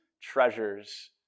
treasures